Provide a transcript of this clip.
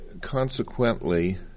consequently